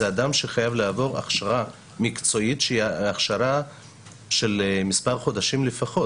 זה אדם שחייב לעבור הכשרה מקצועית שהיא הכשרה של מספר חודשים לפחות.